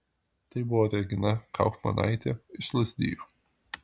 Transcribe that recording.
tai buvo regina kaufmanaitė iš lazdijų